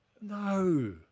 No